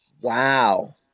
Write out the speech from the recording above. Wow